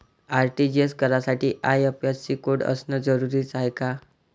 RTGS करासाठी IFSC code असनं जरुरीच हाय का?